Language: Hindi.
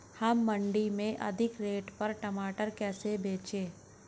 हम मंडी में अधिक रेट पर टमाटर कैसे बेचें?